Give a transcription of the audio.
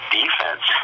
defense